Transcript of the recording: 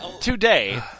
today